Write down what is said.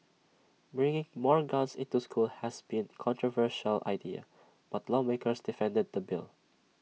bringing more guns into school has been controversial idea but lawmakers defended the bill